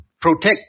protect